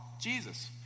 Jesus